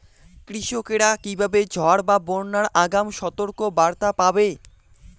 কৃষকেরা কীভাবে ঝড় বা বন্যার আগাম সতর্ক বার্তা পাবে?